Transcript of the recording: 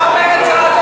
מה אומרת שרת המשפטים?